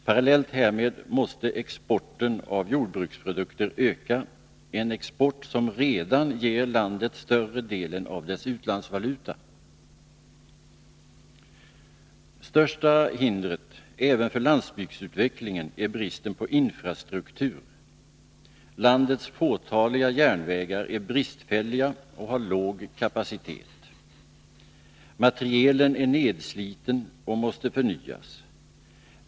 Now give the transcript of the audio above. Parallellt härmed måste exporten av jordbruksprodukter öka — en export som redan ger landet större delen av dess utlandsvaluta. Största hindret, även för landsbygdsutvecklingen, är bristen på infrastruktur. Landets fåtaliga järnvägar är bristfälliga och har låg kapacitet. Materielen är nedsliten och måste förnyas.